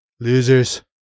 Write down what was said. Losers